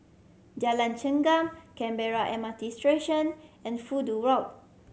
Jalan Chengam Canberra M R T Station and Fudu Road